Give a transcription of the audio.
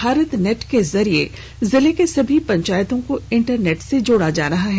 Bharat net के जरिये जिले के सभी पंचायतों को इंटरनेट से जोड़ा जा रहा है